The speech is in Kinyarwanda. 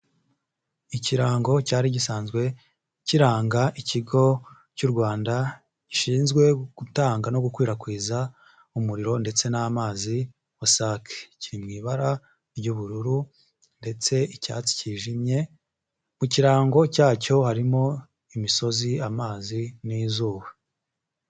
Ikirango cyari gisanzwe kiranga, ikigo cy'u Rwanda gishinzwe gutanga no gukwirakwiza umuriro ndetse n'amazi, WASAC. Kiri mu ibara ry'ubururu, ndetse icyatsi cyijimye, mu kirango cyacyo, harimo imisozi, amazi, n'izuba.